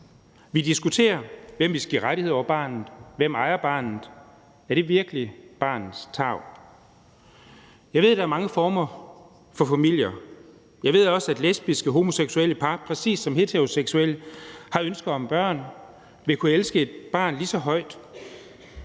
Vi diskuterer, hvem vi skal give rettigheder over barnet, hvem der ejer barnet. Er det virkelig i barnets tarv? Jeg ved, at der er mange former for familier. Jeg ved også, at lesbiske og homoseksuelle par præcis som heteroseksuelle har ønsker om børn og vil kunne elske et barn lige så højt.